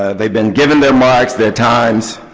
they've been given their marks, their times.